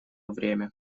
время